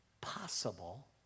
possible